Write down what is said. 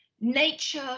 nature